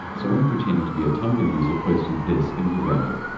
someone pretending to be a tumblr user posted this info-graphic.